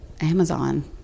amazon